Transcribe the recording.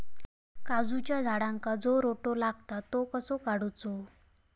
काजूच्या झाडांका जो रोटो लागता तो कसो काडुचो?